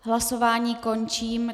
Hlasování končím.